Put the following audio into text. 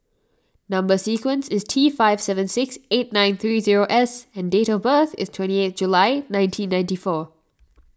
Number Sequence is T five seven six eight nine three zero S and date of birth is twenty eighth July nineteen ninety four